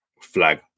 flag